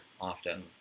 often